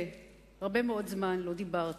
והרבה מאוד זמן לא דיברתי,